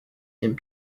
and